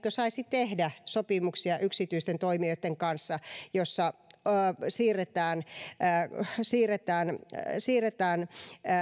saisi tehdä sopimuksia yksityisten toimijoitten kanssa joissa siirretään siirretään